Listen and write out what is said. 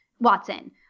Watson